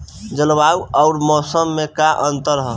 जलवायु अउर मौसम में का अंतर ह?